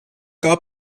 gab